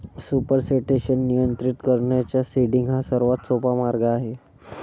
supersaturation नियंत्रित करण्याचा seeding हा सर्वात सोपा मार्ग आहे